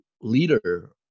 leader